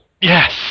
Yes